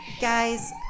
guys